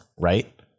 right